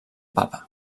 papa